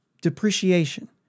Depreciation